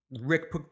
Rick